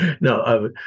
No